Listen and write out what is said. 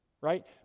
right